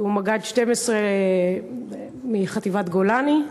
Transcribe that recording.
שהוא מג"ד 12 מחטיבת גולני.